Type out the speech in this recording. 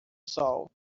sol